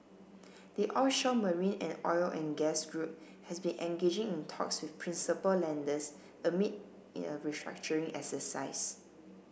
the offshore marine and oil and gas group has been engaging in talks with principal lenders amid a restructuring exercise